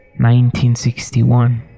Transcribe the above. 1961